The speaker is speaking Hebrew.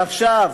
עכשיו,